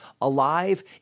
alive